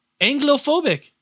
Anglophobic